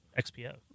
XPO